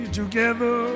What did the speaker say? together